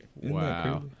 Wow